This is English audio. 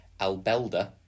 Albelda